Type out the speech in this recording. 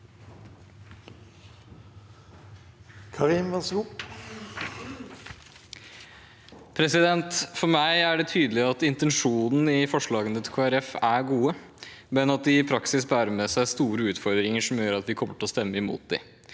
For meg er det tydelig at intensjonen i forslagene fra Kristelig Folkeparti er god, men at de i praksis bærer med seg store utfordringer som gjør at vi kommer til å stemme imot dem.